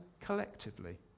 collectively